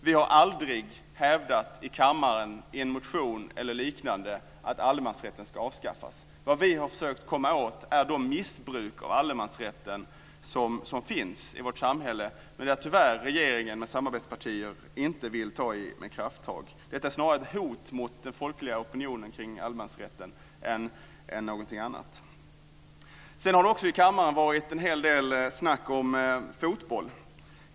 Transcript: Vi har aldrig hävdat, i kammaren, i en motion eller i liknande sammanhang, att allemansrätten ska avskaffas. Vad vi har försökt komma åt är de missbruk av allemansrätten som finns i vårt samhälle men som tyvärr regeringen och dess samarbetspartier inte vill ta i med krafttag. Detta är ett hot mot den folkliga opinionen kring allemansrätten snarare än någonting annat. Sedan har det också varit en hel del snack om fotboll i kammaren.